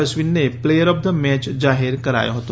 અશ્વિન ને player of the match જાહેર કરાયો હતો